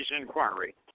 inquiry